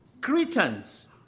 Cretans